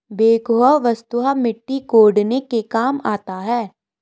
backhoe वस्तुतः मिट्टी कोड़ने के काम आता है